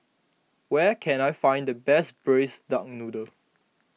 where can I find the best Braised Duck Noodle